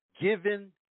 given